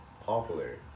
popular